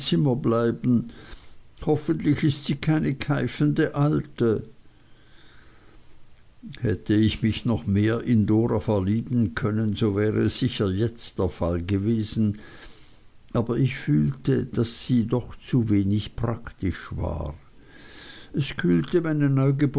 zimmer bleiben hoffentlich ist sie keine keifende alte hätte ich mich noch mehr in dora verlieben können so wäre es sicher jetzt der fall gewesen aber ich fühlte daß sie doch zu wenig praktisch war es kühlte